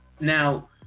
now